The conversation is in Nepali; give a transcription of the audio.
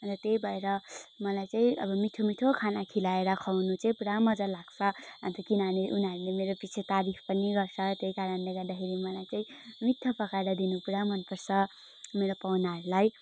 अनि त्यही भएर मलाई चाहिँ अब मिठो मिठो खाना खिलाएर खुवाउनु चाहिँ पुरा मजा लाग्छ अन्त किनभने उनीहरूले मेरो पछि तारिफ पनि गर्छ त्यही कारणले गर्दा मलाई चाहिँ मिठो पकाएर दिनु पुरा मन पर्छ मेरो पाहुनाहरूलाई